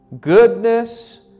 goodness